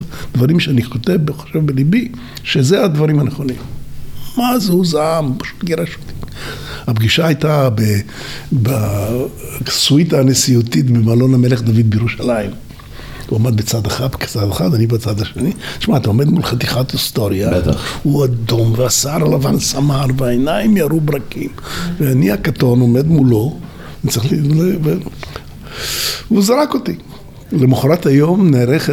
דברים שאני כותב וחושב בליבי שזה הדברים הנכונים. מה זה הוא זעם, פשוט גירש אותי. הפגישה הייתה בסוויטה הנשיאותית במלון המלך דוד בירושלים. הוא עמד בצד אחד, אני בצד השני. תשמע, אתה עומד מול חתיכת היסטוריה. הוא אדום, והשיער הלבן סמר, והעיניים ירו ברקים ואני הקטון עומד מולו. והוא זרק אותי. ולמחרת היום נערכת